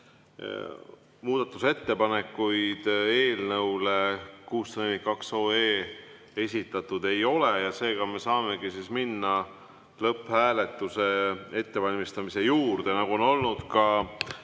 Muudatusettepanekuid eelnõu 642 kohta esitatud ei ole ja seega me saamegi minna lõpphääletuse ettevalmistamise juurde, nagu on olnud ka